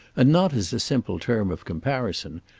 and not as a simple term of comparison,